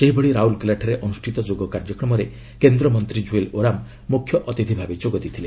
ସେହିଭଳି ରାଉରକେଲାଠାରେ ଅନୁଷ୍ଠିତ ଯୋଗ କାର୍ଯ୍ୟକ୍ରମରେ କେନ୍ଦ୍ରମନ୍ତ୍ରୀ କୁଏଲ୍ ଓରାମ୍ ମୁଖ୍ୟ ଅତିଥି ଭାବେ ଯୋଗ ଦେଇଥିଲେ